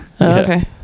Okay